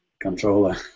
controller